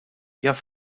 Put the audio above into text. jaf